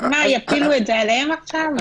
מה, יפילו את זה עליהם עכשיו?